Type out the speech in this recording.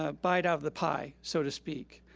ah bite out of the pie, so to speak.